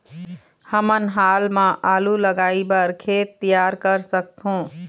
हमन हाल मा आलू लगाइ बर खेत तियार कर सकथों?